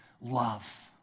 love